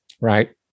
right